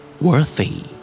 Worthy